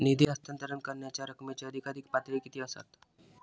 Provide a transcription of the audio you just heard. निधी हस्तांतरण करण्यांच्या रकमेची अधिकाधिक पातळी किती असात?